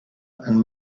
and